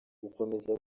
gukomeza